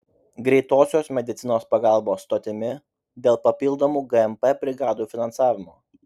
greitosios medicinos pagalbos stotimi dėl papildomų gmp brigadų finansavimo